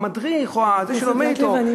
המדריך או זה שלומד אתו,